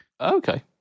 Okay